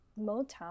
Motown